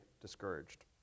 discouraged